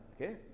Okay